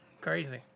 crazy